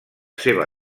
seva